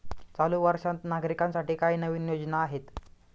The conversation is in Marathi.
चालू वर्षात नागरिकांसाठी काय नवीन योजना आहेत?